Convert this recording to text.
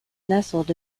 nestled